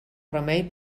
remei